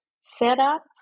setup